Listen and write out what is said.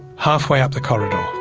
halfway up the corridor.